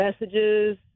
messages